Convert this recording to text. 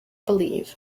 believe